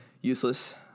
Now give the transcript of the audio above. useless